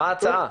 מה ההצעה?